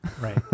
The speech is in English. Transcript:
right